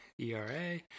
ERA